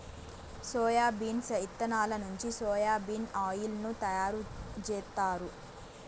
soybeans ఇత్తనాల నుంచి soya bean oil ను తయారు జేత్తారు